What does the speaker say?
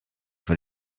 für